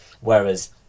Whereas